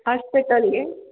ಆಸ್ಪೆಟಲ್ಗೆ